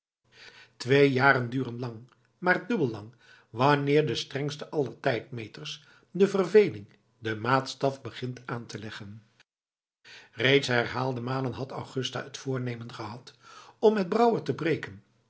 twee jaren duren lang maar dubbel lang wanneer de strengste aller tijdmeters de verveling den maatstaf begint aan te leggen reeds herhaalde malen had augusta het voornemen gehad om met brouwer te breken